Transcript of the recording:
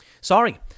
Sorry